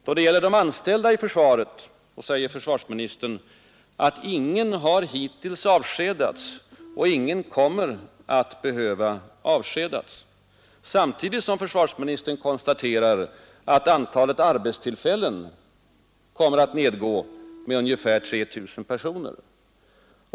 Då det gäller de anställda i försvaret säger försvarsministern att ingen hittills har avskedats och att ingen kommer att behöva avskedas — samtidigt som försvarsministern konstaterar att antalet arbetstillfällen kommer att nedgå med ungefär 3 000 personer.